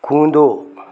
कूदो